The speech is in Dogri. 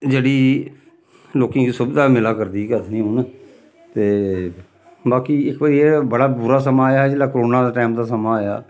जेह्ड़ी लोकें गी सुविधा मिला करदी गै असें हून ते बाकी इक बारी एह् बड़ा बुरा समां आया जेल्लै कोरोना दा टाइम दा समां आया